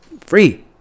free